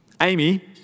Amy